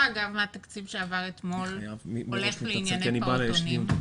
כמה אגב מהתקציב שעבר אתמול הולך לענייני פעוטונים?